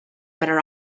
better